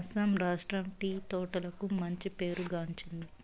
అస్సాం రాష్ట్రం టీ తోటలకు మంచి పేరు గాంచింది